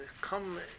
come